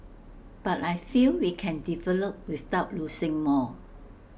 but I feel we can develop without losing more